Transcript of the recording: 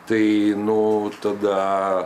tai nu tada